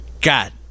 God